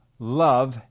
Love